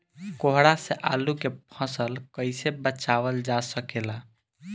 कोहरा से आलू के फसल कईसे बचावल जा सकेला?